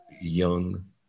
young